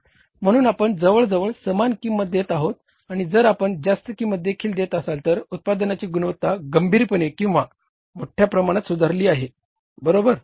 म्हणून आपण जवळजवळ समान किंमत देत आहोत आणि जर आपण जास्त किंमत देखील देत असाल तर उत्पादनाची गुणवत्ता गंभीरपणे किंवा मोठ्या प्रमाणात सुधारली आहे बरोबर